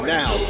now